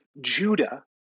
Judah